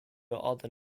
other